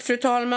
Fru talman!